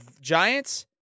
Giants